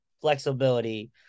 flexibility